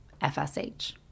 FSH